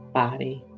body